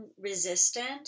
resistant